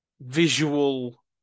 visual